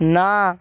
না